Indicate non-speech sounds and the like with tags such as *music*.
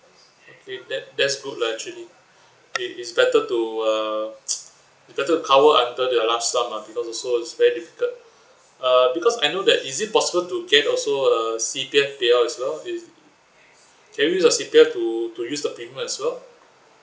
okay that that's good lah actually is is better to uh *noise* is better to cover the last sum ah because also it's very difficult uh because I know that is it possible to get also a C_P_F payout as well is can we use the C_P_F to to use the premium as well